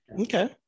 Okay